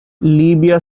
libya